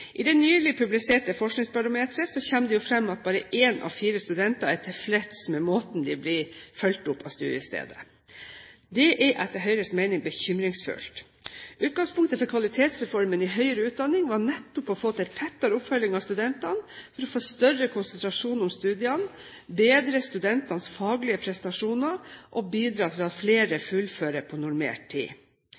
I det nylig publiserte Forskningsbarometeret kommer det fram at bare én av fire studenter er tilfreds med måten de blir fulgt opp på av studiestedet. Det er etter Høyres mening bekymringsfullt. Utgangspunktet for Kvalitetsreformen i høyere utdanning var nettopp å få til tettere oppfølging av studentene for å få større konsentrasjon om studiene, bedre studentenes faglige prestasjoner og bidra til at flere fullfører på normert tid.